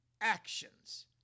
actions